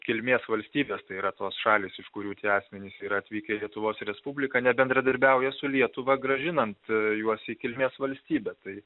kilmės valstybės tai yra tos šalys iš kurių tie asmenys yra atvykę į lietuvos respubliką nebendradarbiauja su lietuva grąžinant juos į kilmės valstybę tai